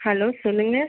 hello சொல்லுங்கள்